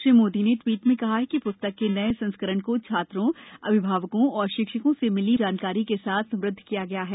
श्री मोदी ने ट्वीट में कहा कि प्स्तक के नए संस्करण को छात्रों अभिभावकों और शिक्षकों से मिली मूल्यवान जानकारी के साथ समृद्ध किया गया है